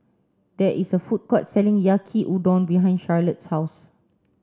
there is a food court selling Yaki Udon behind Charlotte's house